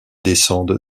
descendent